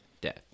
death